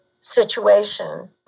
situation